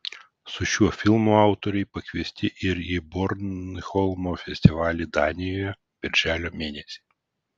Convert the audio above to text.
su šiuo filmu autoriai pakviesti ir į bornholmo festivalį danijoje birželio mėnesį